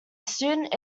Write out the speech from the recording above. student